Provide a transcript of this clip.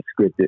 scripted